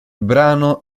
brano